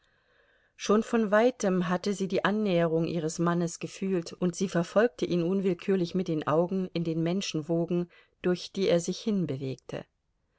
schon von weitem hatte sie die annäherung ihres mannes gefühlt und sie verfolgte ihn unwillkürlich mit den augen in den menschenwogen durch die er sich hinbewegte